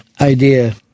idea